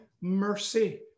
mercy